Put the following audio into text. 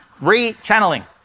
re-channeling